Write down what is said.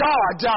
God